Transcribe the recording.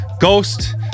ghost